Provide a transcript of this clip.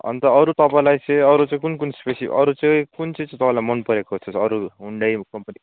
अन्त अरू तपाईँलाई चाहिँ अरू चाहिँ कुन कुन स्पेसी अरू चाहिँ कुन चाहिँ चाहिँ तपाईँलाई मनपरेको छ अरब ह्युन्डाई कम्पनी